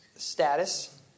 Status